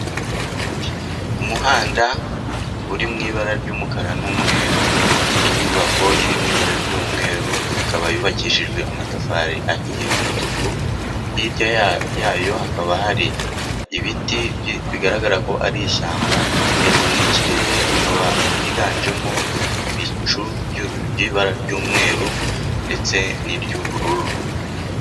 Umuhanda urimo ibara ry'umukara n'umweru, inyubako irimo ibara ry'umweru ikaba yubakishijwe amatafari ahiye y'umutuku, hirya yayo hakaba hari ibiti bigaragara ko ari ishyamba, hejuru mu kirere hakaba higanjemo ibicu by'ibara ry'umweru ndetse n'iry'ubururu.